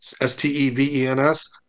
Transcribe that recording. S-T-E-V-E-N-S